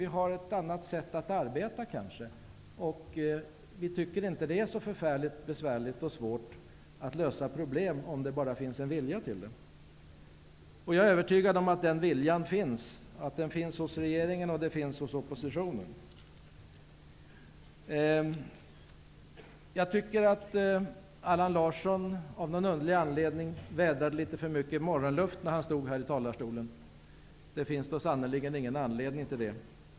Vi har kanske ett annat sätt att arbeta, och vi tycker inte att det är så förfärligt besvärligt och svårt att lösa problem, om det bara finns en vilja till det. Jag är övertygad om att den viljan finns, att den finns hos regeringen och hos oppositionen. Jag tycker att Allan Larsson av någon underlig anledning vädrade litet för mycket morgonluft, när han stod här i talarstolen. Det finns sannerligen ingen anledning till det.